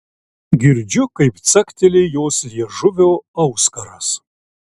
girdžiu kaip cakteli jos liežuvio auskaras